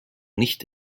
nicht